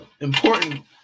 important